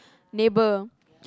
neighbour